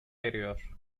ediyor